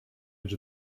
edge